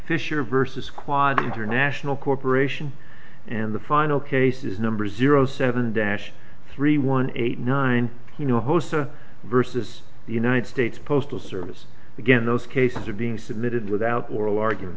fisher versus quad international corporation and the final case is number zero seven dash three one eight nine you know hosta versus the united states postal service again those cases are being submitted without or